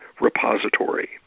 repository